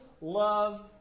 love